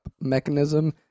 mechanism